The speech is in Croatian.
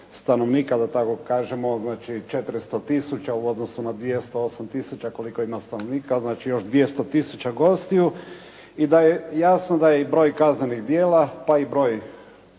stanovnika da tako kažemo. Znači 400000 u odnosu na 208000 koliko ima stanovnika. Znači još 200000 gostiju i da je jasno da je i broj kaznenih djela, pa i broj